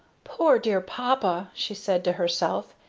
poor, dear papa! she said to herself.